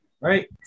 right